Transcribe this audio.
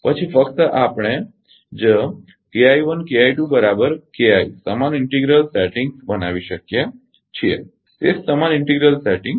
પછી ફક્ત આપણે જ સમાન ઇન્ટિગ્રલ ગેઇન સેટિંગ બનાવી શકીએ છીએ તે જ સમાન ઇન્ટિગ્રલ ગેઇન સેટિંગ